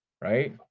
Right